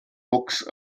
books